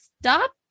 stop